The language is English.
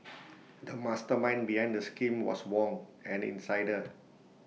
the mastermind behind the scheme was Wong an insider